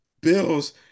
Bills